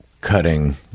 cutting